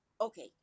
Okay